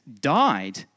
died